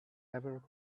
ever